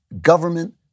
government